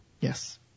Yes